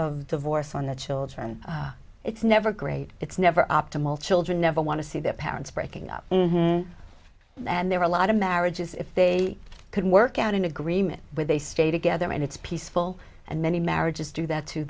of divorce on the children it's never great it's never optimal children never want to see their parents breaking up and there are a lot of marriages if they can work out an agreement with a stay together and it's peaceful and many marriages do that too